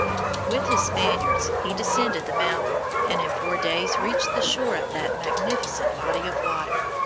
with his spaniards he descended the mountain, and in four days reached the shore of that magnificent body of water.